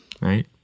right